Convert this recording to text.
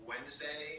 Wednesday